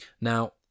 Now